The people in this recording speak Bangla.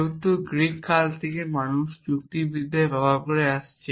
যেগুলি গ্রীক কাল থেকে মানুষ যুক্তিবিদ্যায় ব্যবহার করে আসছে